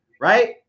right